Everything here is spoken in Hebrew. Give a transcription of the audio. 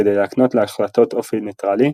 כדי להקנות להחלטות אופי נייטרלי,